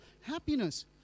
happiness